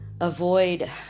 Avoid